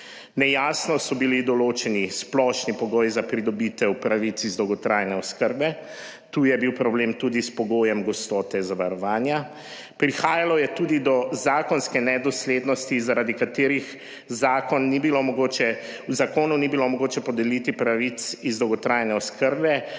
Nejasno so bili določeni splošni pogoji za pridobitev pravic iz dolgotrajne oskrbe, tu je bil problem tudi s pogojem gostote zavarovanja, prihajalo je tudi do zakonske nedoslednosti, zaradi katerih zakon ni bilo mogoče, v zakonu ni bilo mogoče podeliti pravic iz dolgotrajne oskrbe.